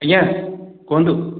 ଆଜ୍ଞା କୁହନ୍ତୁ